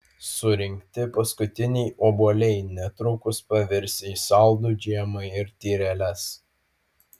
surinkti paskutiniai obuoliai netrukus pavirs į saldų džemą ir tyreles